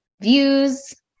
views